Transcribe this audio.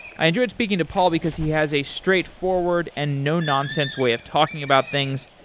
i enjoyed speaking to paul because he has a straightforward and no-nonsense way of talking about things,